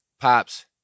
Pops